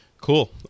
Cool